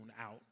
out